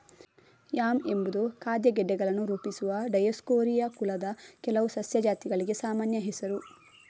yam ಎಂಬುದು ಖಾದ್ಯ ಗೆಡ್ಡೆಗಳನ್ನು ರೂಪಿಸುವ ಡಯೋಸ್ಕೋರಿಯಾ ಕುಲದ ಕೆಲವು ಸಸ್ಯ ಜಾತಿಗಳಿಗೆ ಸಾಮಾನ್ಯ ಹೆಸರು